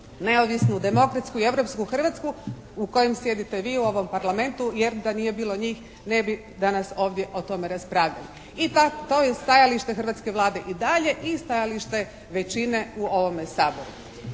neovisnu, demokratsku i europsku Hrvatsku u kojoj sjedite vi u ovom Parlamentu jer da nije bilo njih ne bi danas ovdje o tome raspravljali. I to je stajalište hrvatske Vlade. I dalje i stajalište većine u ovome Saboru.